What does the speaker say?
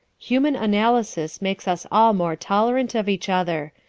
human analysis makes us all more tolerant of each other.